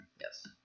Yes